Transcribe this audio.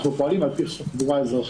אנחנו פועלים לפי חוק קבורה אזרחית,